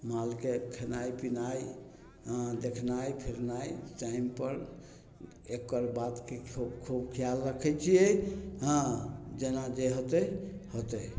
मालके खेनाइ पीनाइ हँ देखनाइ फिरनाइ टाइमपर एकर बात खूब ख्याल रखय छियै हँ जेना जे होतय होतय